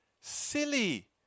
Silly